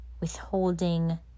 withholding